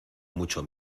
mucho